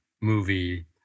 movie